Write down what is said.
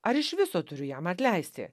ar iš viso turiu jam atleisti